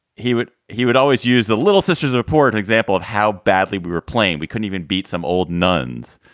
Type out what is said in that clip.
he would he would always use the little sisters report example of how badly we were playing. we couldn't even beat some old nuns.